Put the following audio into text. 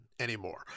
anymore